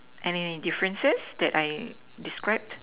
any differences that I described